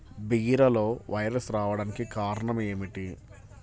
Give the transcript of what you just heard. బీరలో వైరస్ రావడానికి కారణం ఏమిటి?